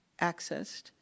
accessed